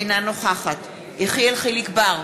אינה נוכחת יחיאל חיליק בר,